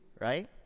right